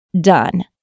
done